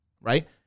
right